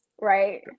right